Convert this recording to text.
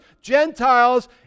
Gentiles